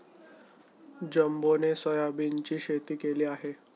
जंबोने सोयाबीनची शेती केली आहे